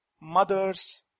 Mother's